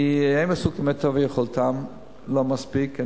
הם עשו כמיטב יכולתם, לא מספיק.